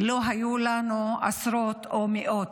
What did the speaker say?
לא היו לנו עשרות או מאות.